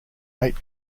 eight